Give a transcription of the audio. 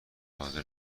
حاضر